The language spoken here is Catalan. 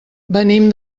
venim